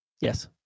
Yes